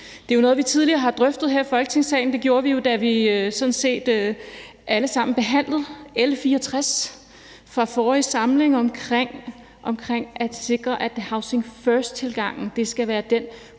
Det er jo noget, vi tidligere har drøftet her i Folketingssalen; det gjorde vi jo sådan set, da vi alle sammen behandlede L 64 i forrige samling om at sikre, at housing first-tilgangen skal være den,